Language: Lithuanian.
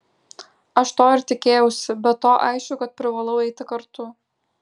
aš to ir tikėjausi be to aišku kad privalau eiti kartu